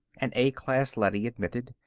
an a-class leady admitted.